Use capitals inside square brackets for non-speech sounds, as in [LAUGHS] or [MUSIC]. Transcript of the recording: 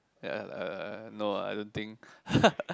uh uh no ah I don't think [LAUGHS]